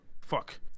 Fuck